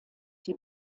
die